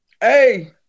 Hey